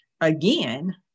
Again